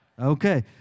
Okay